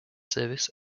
service